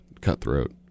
cutthroat